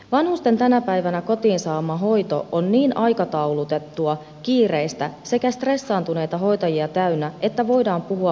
vanhusten tänä päivänä kotiin saama hoito on niin aikataulutettua kiireistä sekä stressaantuneita hoitajia täynnä että voidaan puhua pikakäynneistä